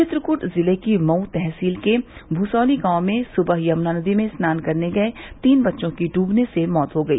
चित्रकूट ज़िले की मऊ तहसील के भुसौली गांव में सुबह यमुना नदी में स्नान करने गये तीन बच्चों की डुबने से मौत हो गई